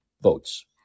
votes